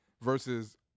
versus